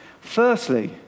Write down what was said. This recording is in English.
Firstly